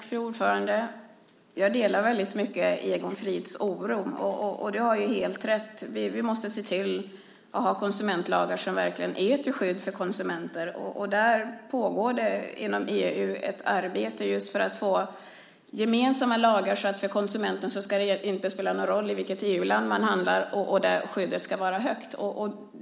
Fru talman! Jag delar Egon Frids oro. Egon Frid har helt rätt i att vi måste se till att ha konsumentlagar som verkligen är till skydd för konsumenter. Det pågår ett arbete inom EU för att få gemensamma lagar. För konsumenten ska det inte spela någon roll i vilket EU-land man handlar. Skyddet ska vara starkt.